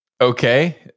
Okay